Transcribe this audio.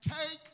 take